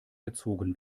gezogen